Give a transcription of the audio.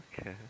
Okay